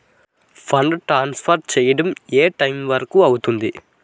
Fund transfer చేయడం ఏ time వరుకు అవుతుంది?